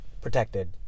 protected